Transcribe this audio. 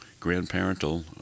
grandparental